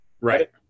right